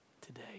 today